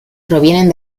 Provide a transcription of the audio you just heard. provienen